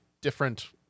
different